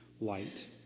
light